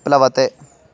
प्लवते